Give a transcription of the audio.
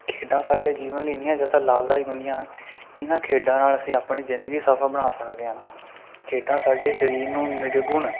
ਖੇਡਾਂ ਸਾਡੇ ਜੀਵਨ ਲਈ ਇੰਨੀਆਂ ਜ਼ਿਆਦਾ ਲਾਭਦਾਇਕ ਹੁੰਦੀਆਂ ਇਹਨਾਂ ਖੇਡਾਂ ਨਾਲ ਅਸੀਂ ਆਪਣੀ ਜ਼ਿੰਦਗੀ ਸਫਲ ਬਣਾ ਸਕਦੇ ਹਨ ਖੇਡਾਂ ਸਾਡੇ ਸਰੀਰ ਨੂੰ ਨਿਰਗੁਣ